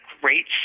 great